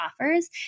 offers